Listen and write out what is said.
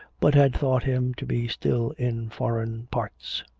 but had thought him to be still in foreign parts.